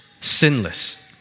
Sinless